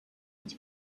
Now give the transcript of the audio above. its